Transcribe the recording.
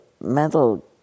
mental